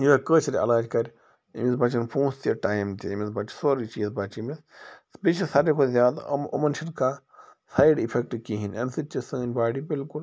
یِہ کٲشِر علاج کَرِ أمِس بَچَن پونٛسہٕ تہِ ٹایِم تہِ أمِس بَچہِ سورُے چیٖز بَچہِ أمِس بیٚیہِ چھِ ساروی کھۄتہٕ زیادٕ یِم یِمَن چھِنہٕ کانٛہہ سایڈ اِفیٚکٹ کِہیٖنۍ اَمہِ سۭتۍ چھِ سٲنۍ باڈی بِلکُل